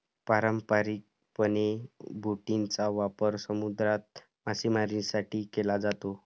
पारंपारिकपणे, बोटींचा वापर समुद्रात मासेमारीसाठी केला जातो